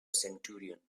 centurion